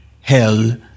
hell